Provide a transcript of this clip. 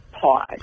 pause